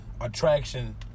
attraction